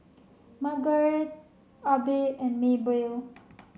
Margarete Abbey and Maebell